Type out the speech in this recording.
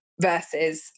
versus